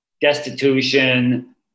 destitution